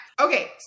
Okay